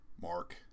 Mark